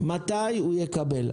מתי הוא יקבל?